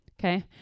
okay